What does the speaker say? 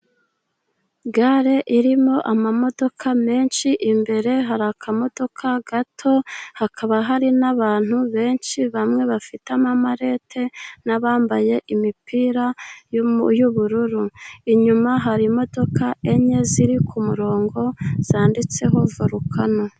Gare irimo amamodoka menshi. Imbere hari akamodoka gato hakaba hari n'abantu benshi bamwe bafite amamalete n'abambaye imipira y'ubururu . Inyuma hari imodoka enye ziri ku kumurongo ,zanditseho volukano